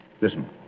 Listen